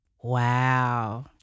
Wow